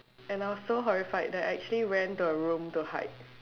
and I was so horrified that I actually went to a room to hide